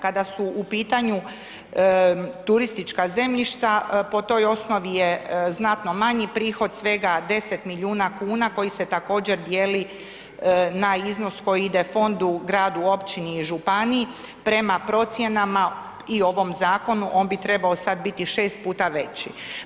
Kada su u pitanju turistička zemljišta po toj osnovi je znatno manji prihod, svega 10 milijuna kuna koji se također dijeli na iznos koji ide fondu, gradu, općini i županiji, prema procjenama i ovom zakonu on bi trebao sad biti 6 puta veći.